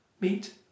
meet